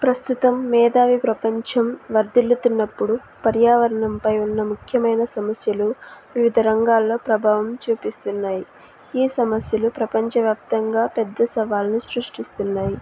ప్రస్తుతం మేధావి ప్రపంచం వర్ధిల్లుతున్నప్పుడు పర్యావరణంపై ఉన్న ముఖ్యమైన సమస్యలు వివిధ రంగాల్లో ప్రభావం చూపిస్తున్నాయి ఈ సమస్యలు ప్రపంచవ్యాప్తంగా పెద్ద సవాల్ను సృష్టిస్తున్నాయి